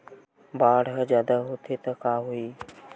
बाढ़ ह जादा होथे त का होही?